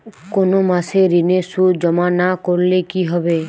কোনো মাসে ঋণের সুদ জমা না করলে কি হবে?